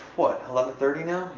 what, eleven thirty now?